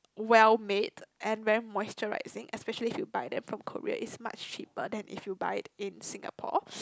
well made and very moisturizing especially if you buy them from Korea it's much cheaper than if you buy it in Singapore